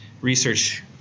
research